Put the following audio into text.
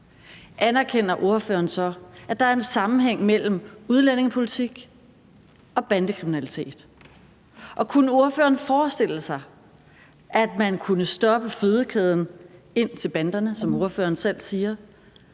anerkender ordføreren så, at der er en sammenhæng mellem udlændingepolitik og bandekriminalitet? Og kunne ordføreren forestille sig, at man kunne stoppe fødekæden til banderne, som ordføreren selv taler